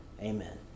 Amen